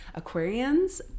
Aquarians